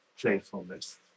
playfulness